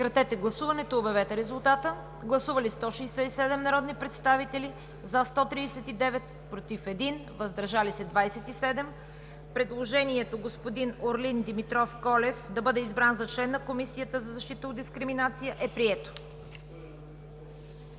Моля, гласувайте. Гласували 167 народни представители: за 139, против 1, въздържали се 27. Предложението господин Орлин Димитров Колев да бъде избран за член на Комисията за защита от дискриминация е прието.